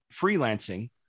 freelancing